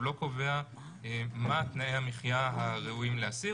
הוא לא קובע מה תנאי המחיה הראויים לאסיר.